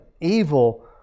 evil